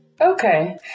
Okay